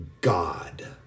God